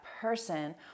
person